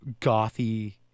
gothy